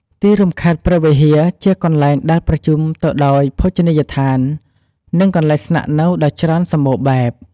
ទីរួមខេត្តព្រះវិហារជាកន្លែងដែលប្រជុំទៅដោយភោជនីយដ្ឋាន និងកន្លែងស្នាក់នៅដ៏ច្រើនសម្បូរបែប។